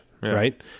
right